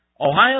Ohio